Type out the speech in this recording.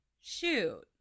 shoot